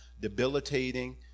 debilitating